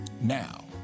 Now